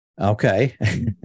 Okay